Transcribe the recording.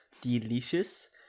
delicious